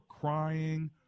crying